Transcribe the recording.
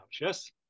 yes